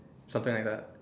something like that